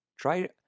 Try